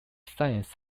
science